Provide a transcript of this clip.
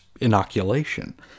inoculation